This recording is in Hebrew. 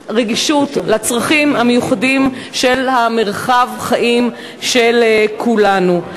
ביטוי רגישות לצרכים המיוחדים של מרחב החיים של כולנו.